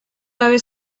gabe